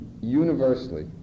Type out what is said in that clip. universally